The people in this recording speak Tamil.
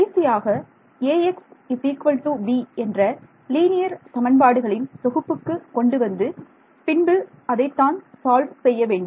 கடைசியாக Ax b என்ற லீனியர் சமன்பாடுகளின் தொகுப்புக்கு கொண்டு வந்து பின்பு அதை தான் சால்வ் செய்ய வேண்டும்